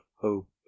hope